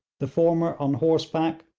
the former on horseback,